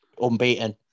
unbeaten